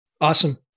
Awesome